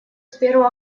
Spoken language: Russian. сферу